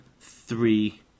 three